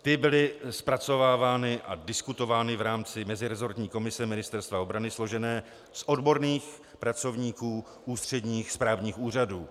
Ty byly zpracovávány a diskutovány v rámci meziresortní komise Ministerstva obrany složené z odborných pracovníků ústředních správních úřadů.